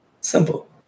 Simple